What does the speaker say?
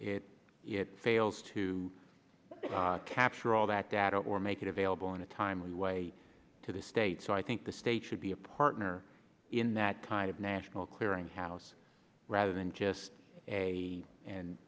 it fails to capture all that data or make it available in a timely way to the state so i think the state should be a partner in that kind of national clearinghouse rather than just a and